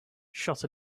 shot